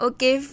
Okay